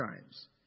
times